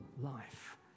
life